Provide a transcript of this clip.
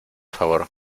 favor